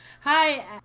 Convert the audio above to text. Hi